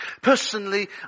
Personally